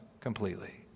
completely